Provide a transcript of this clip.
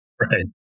Right